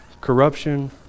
corruption